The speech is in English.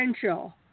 potential